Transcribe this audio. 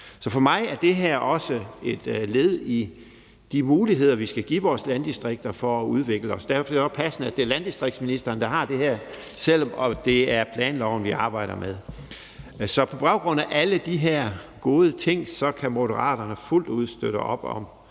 Så for mig er det her også et led i de muligheder, vi skal give vores landdistrikter for at udvikle os, og derfor er det også passende, at det er landdistriktsministeren, der har det her, selv om det er planloven, vi arbejder med. Så på baggrund af alle de her gode ting kan Moderaterne fuldt ud støtte op om